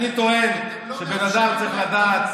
אתם לא מאפשרים להם.